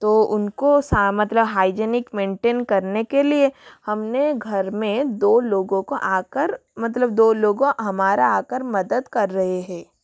तो उनको मतलब हाइजीनिक मेनटेन करने के लिए हमने घर में दो लोगों को आकर मतलब दो लोगों हमारा आकर मदद कर रहे है